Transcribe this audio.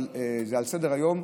אבל זה על סדר-היום.